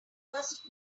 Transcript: first